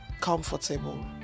comfortable